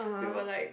we were like